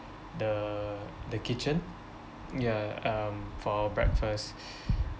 the the kitchen ya um for breakfast